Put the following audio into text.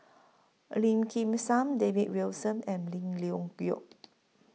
Lim Kim San David Wilson and Lim Leong Geok